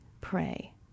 pray